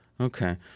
Okay